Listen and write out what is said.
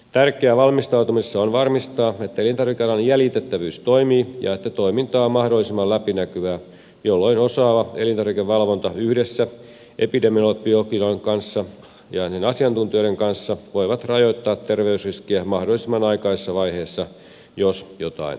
tärkeää valmistautumisessa on varmistaa että elintarvikealan jäljitettävyys toimii ja että toiminta on mahdollisimman läpinäkyvää jolloin osaava elintarvikevalvonta yhdessä epidemiologien kanssa ja asiantuntijoiden kanssa voi rajoittaa terveysriskiä mahdollisimman aikaisessa vaiheessa jos jotain sattuu